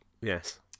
Yes